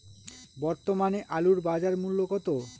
বর্তমানে আলুর বাজার মূল্য কত?